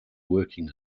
working